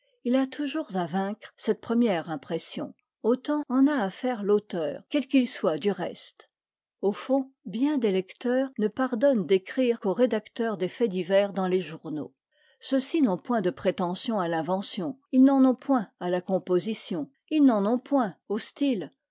il a toujours à vaincre cette première impression autant en a à faire l'auteur quel qu'il soit du reste au fond bien des lecteurs ne pardonnent d'écrire qu'aux rédacteurs des faits divers dans les journaux ceux-ci n'ont point de prétention à l'invention ils n'en ont point à la composition ils n'en ont point au style